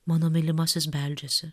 mano mylimasis beldžiasi